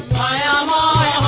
da la